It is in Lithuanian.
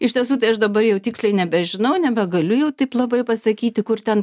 iš tiesų tai aš dabar jau tiksliai nebežinau nebegaliu jau taip labai pasakyti kur ten